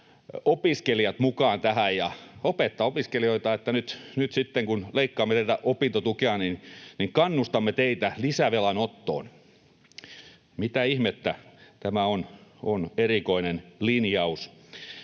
opiskelijat mukaan tähän ja opettaa opiskelijoita, että nyt sitten, kun leikkaamme teiltä opintotukea, kannustamme teitä lisävelanottoon. Mitä ihmettä? Tämä on erikoinen linjaus.